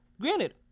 granted